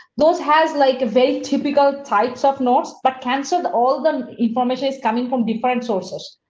those has like very typical types of notes, but canceled all. the information is coming from different sources.